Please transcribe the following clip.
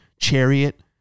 chariot